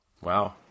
Wow